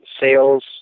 sales